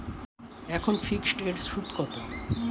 এখন ফিকসড এর সুদ কত?